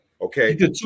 Okay